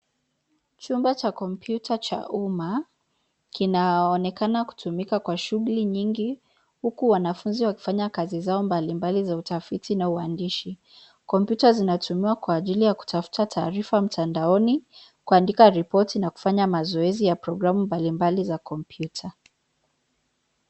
Chumba cha kompyuta cha umma, kinaonekana kutumika kwa shughuli nyingi, huku wanafunzi wakifanya kazi zao mbalimbali za utafiti na uandishi, kompyuta zinatumiwa kwa ajili ya kutafuta taarifa mtandaoni, kuandika ripoti na kufanya mazoezi ya programu mbalimbali za kompyuta.